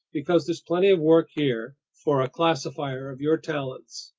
because there's plenty of work here for a classifier of your talents.